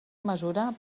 mesura